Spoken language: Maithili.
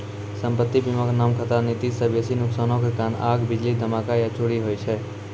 सम्पति बीमा के नाम खतरा नीति मे बेसी नुकसानो के कारण आग, बिजली, धमाका या चोरी होय छै